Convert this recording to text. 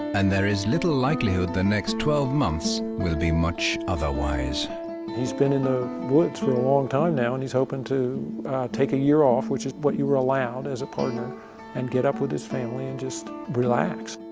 and there is little likelihood the next twelve months will be much otherwise he's been in the woods for a long time now and he's hoping to take a year off, which is what you are allowed as a partner and get up with his family and just relax.